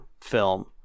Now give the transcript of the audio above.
film